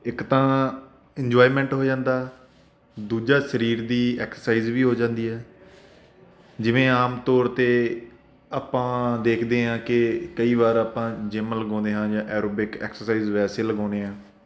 ਇੱਕ ਤਾਂ ਇੰਜੋਇਮੈਂਟ ਹੋ ਜਾਂਦਾ ਦੂਜਾ ਸਰੀਰ ਦੀ ਐਕਸਰਸਾਈਜ਼ ਵੀ ਹੋ ਜਾਂਦੀ ਹੈ ਜਿਵੇਂ ਆਮ ਤੌਰ 'ਤੇ ਆਪਾਂ ਦੇਖਦੇ ਹਾਂ ਕਿ ਕਈ ਵਾਰ ਆਪਾਂ ਜਿਮ ਲਗਾਉਂਦੇ ਹਾਂ ਜਾਂ ਐਰੋਬਿਕ ਐਕਸਰਸਾਈਜ਼ ਵੈਸੇ ਲਗਾਉਂਦੇ ਹਾਂ